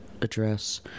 address